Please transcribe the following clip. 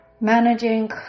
managing